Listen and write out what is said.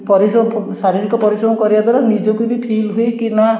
ପରିଶ ଶାରୀରିକ ପରିଶ୍ରମ କରିବା ଦ୍ୱାରା ନିଜକୁ ବି ଫିଲ୍ ହୁଏ କି ନା